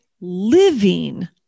living